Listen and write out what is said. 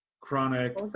Chronic-